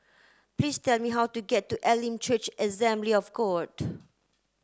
please tell me how to get to Elim Church Assembly of God